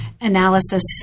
analysis